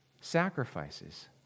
sacrifices